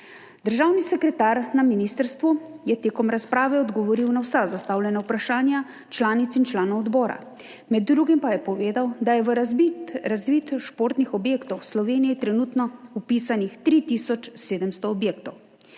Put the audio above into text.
Državni sekretar na ministrstvu je med razpravo odgovoril na vsa zastavljena vprašanja članic in članov odbora, med drugim pa je povedal, da je v razvid športnih objektov v Sloveniji trenutno vpisanih 3 tisoč 700 objektov.